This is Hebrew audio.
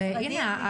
אבל הנה,